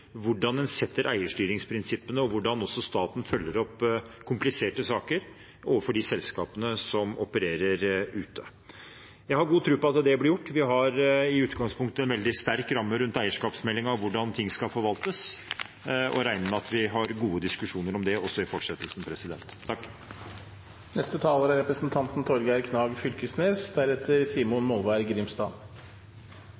hvordan en følger eierstyringsprinsippene og hvordan også staten følger opp kompliserte saker overfor de selskapene som opererer ute. Jeg har god tro på at det blir gjort. Vi har i utgangspunktet en veldig sterk ramme rundt eierskapsmeldingen og hvordan ting skal forvaltes, og jeg regner med at vi får gode diskusjoner om det også i fortsettelsen.